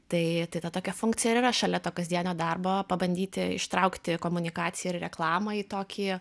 tai ta tokia funkcija ir yra šalia to kasdienio darbo pabandyti ištraukti komunikaciją ir reklamą į tokį